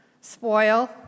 spoil